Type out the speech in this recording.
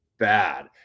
bad